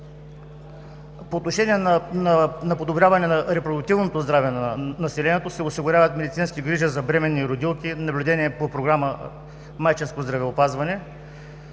По отношение на подобряване на репродуктивното здраве на населението се осигуряват медицински грижи за бременни и родилки, наблюдение по програма „Майчино здравеопазване“.